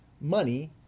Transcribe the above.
Money